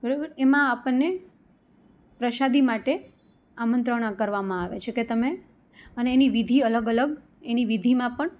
બરોબર એમાં આપણને પ્રસાદી માટે આમંત્રણ કરવામાં આવે છે કે તમે અને એની વિધિ અલગ અલગ એની વિધિમાં પણ